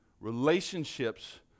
Relationships